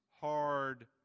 hard